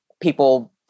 people